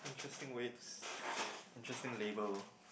interesting way interesting label